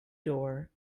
door